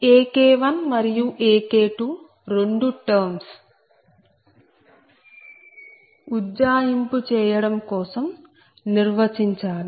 AK1 మరియు AK2 రెండు terms ఉజ్జాయింపు చేయడం కోసం నిర్వచించాలి